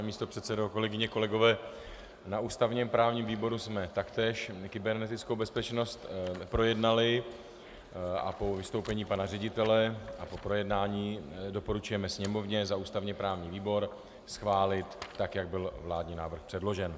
Vážený pane místopředsedo, kolegyně, kolegové, na ústavněprávním výboru jsme taktéž kybernetickou bezpečnost projednali a po vystoupení pana ředitele a po projednání doporučujeme Sněmovně za ústavněprávní výbor schválit tak, jak byl vládní návrh předložen.